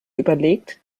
überlegt